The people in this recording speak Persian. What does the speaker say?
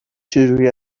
چجوری